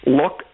look